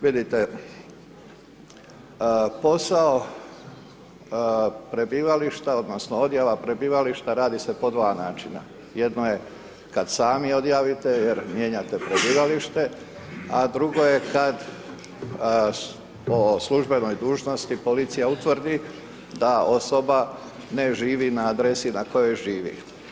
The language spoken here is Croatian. Vidite posao prebivališta, odnosno, odjava prebivališta radi se po 2 načina, jedno je kada sami odjavite, jer mijenjate prebivalište, a drugo je kada o službenoj dužnosti, policija utvrdi da osoba ne živi na adresi na kojoj živi.